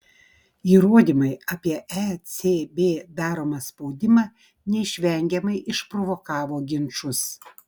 įrodymai apie ecb daromą spaudimą neišvengiamai išprovokavo ginčus